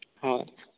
ᱦᱳᱭ